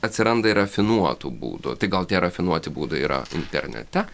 atsiranda ir rafinuotų būdų tai gal tie rafinuoti būdai yra internete